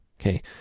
Okay